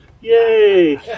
yay